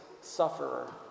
sufferer